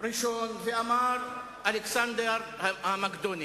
אלא לוועדה זמנית אחרת,